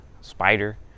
spider